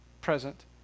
present